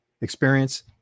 experience